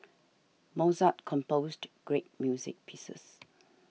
Mozart composed great music pieces